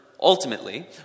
ultimately